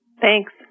Thanks